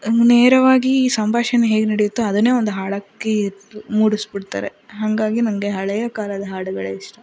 ನೇರವಾಗಿ ಸಂಭಾಷಣೆ ಹೇಗೆ ನಡೆಯುತ್ತೊ ಅದನ್ನೇ ಒಂದು ಹಾಡಕ್ಕಿ ಮೂಡಿಸಿಬಿಡ್ತಾರೆ ಹಾಗಾಗಿ ನನಗೆ ಹಳೆಯ ಕಾಲದ ಹಾಡುಗಳೇ ಇಷ್ಟ